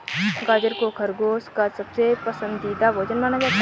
गाजर को खरगोश का सबसे पसन्दीदा भोजन माना जाता है